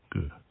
Good